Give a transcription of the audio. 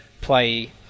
play